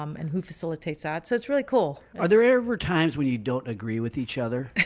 um and who facilitates that. so it's really cool. are there ever times when you don't agree with each other?